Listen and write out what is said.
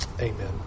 amen